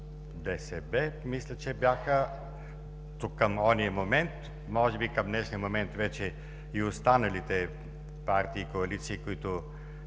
ДСБ, мисля че бяха към оня момент. Може би към днешния момент вече и останалите партии и коалиции, които